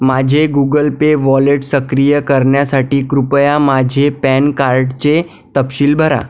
माझे Google Pay wallet सक्रिय करण्यासाठी कृपया माझे पॅनकार्डचे तपशील भरा